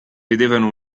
vedevano